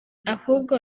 ahubwo